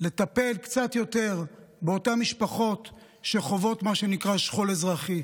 לטפל קצת יותר באותן משפחות שחוות מה שנקרא "שכול אזרחי".